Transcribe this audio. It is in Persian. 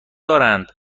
دارند